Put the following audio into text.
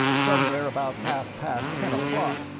somewhere about half-past ten o'clock,